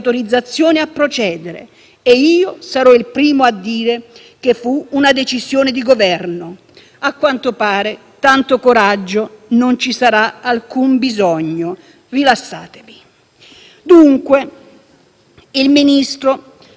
A quanto pare di tanto coraggio non ci sarà alcun bisogno, rilassatevi. Dunque, il Ministro si salverà dal processo, come già anticipato dalla decisione della Giunta per le autorizzazioni a procedere.